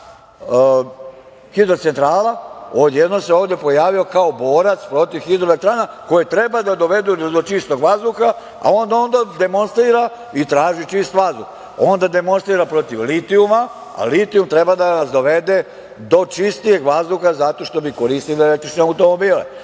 hidrocentrala odjednom se ovde pojavio kao borac protiv hidroelektrana koje treba da dovedu do čistog vazduha, a onda on demonstrira i traži čist vazduh, onda demonstrira protiv litijuma, a litijum treba da nas dovede do čistijeg vazduha zato što bi koristili električne automobile. Naš